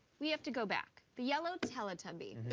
we have to go back. the yellow teletubby?